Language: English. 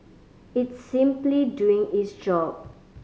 it's simply doing its job